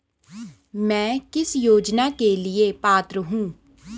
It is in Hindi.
मैं किस योजना के लिए पात्र हूँ?